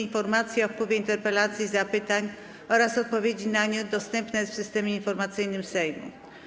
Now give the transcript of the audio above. Informacja o wpływie interpelacji i zapytań oraz odpowiedzi na nie dostępna jest w Systemie Informacyjnym Sejmu.